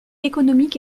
économique